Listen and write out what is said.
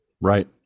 right